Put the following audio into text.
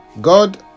God